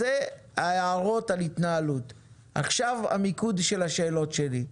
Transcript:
אז אלו ההערות על ההתנהלות ועכשיו המיקוד של השאלות שלי.